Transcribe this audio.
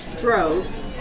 drove